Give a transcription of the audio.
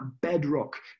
bedrock